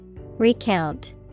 Recount